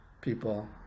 people